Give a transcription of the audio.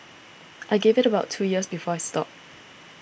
I give it about two years before I stop